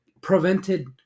prevented